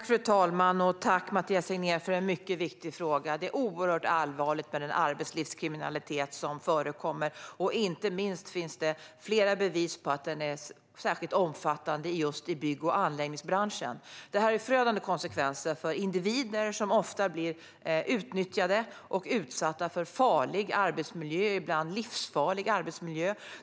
Fru talman! Tack, Mathias Tegnér, för en mycket viktig fråga! Den arbetslivskriminalitet som förekommer är oerhört allvarlig. Inte minst finns det flera bevis på att de är särskilt omfattande inom just bygg och anläggningsbranschen. Det här får förödande konsekvenser för individer som ofta blir utnyttjade och utsatta för farlig, ibland livsfarlig, arbetsmiljö.